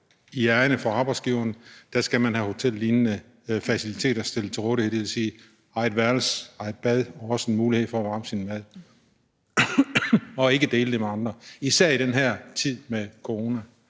i ærinde for arbejdsgiveren, at man skal have hotellignende faciliteter stillet til rådighed, dvs. eget værelse, eget bad og også en mulighed for at opvarme sin mad, og at man ikke skal dele det med andre, hvilket er vigtigt især i den her tid med corona.